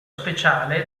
speciale